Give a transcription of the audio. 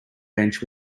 bench